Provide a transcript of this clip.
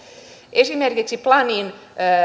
esimerkiksi planin